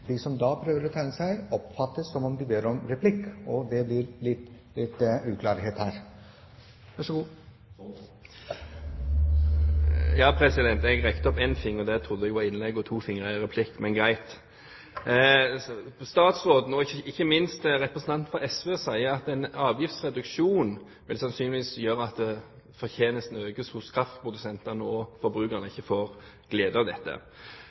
de som da prøver å tegne seg, som om de ber om replikk. Det kan bli litt uklarhet her. Jeg rakte opp en finger. Det trodde jeg var til innlegg, for to fingre er til replikk, men greit. Statsråden og ikke minst representanten for SV sier at en avgiftsreduksjon sannsynligvis vil gjøre at fortjenesten økes hos kraftprodusentene, og at forbrukerne ikke får glede av dette.